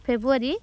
February